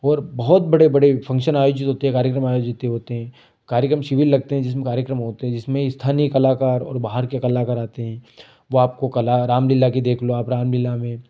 और बहुत बड़े बड़े फंक्शन आयोजित होते हैं कार्यक्रम आयोजित होते हैं कार्यक्रम शिविर लगते हैं जिसमें कार्यक्रम होते हैं जिसमें स्थानीय कलाकार और बाहर के कलाकार आते हैं वो आपको कला राम लीला की देख लो आप रामलीला में